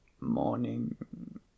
morning